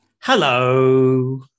Hello